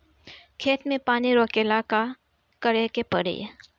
खेत मे पानी रोकेला का करे के परी?